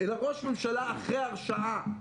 אלא ראש ממשלה אחרי הרשעה,